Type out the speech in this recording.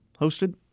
hosted